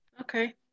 Okay